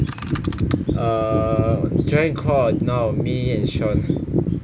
err join call now me and shawn